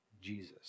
Jesus